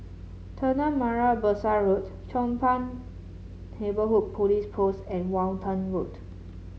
Tanah Merah Besar Road Chong Pang Neighbourhood Police Post and Walton Road